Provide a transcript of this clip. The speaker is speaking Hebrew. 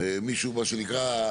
השאלה הזאת של העברת בעלות כן או לא,